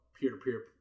peer-to-peer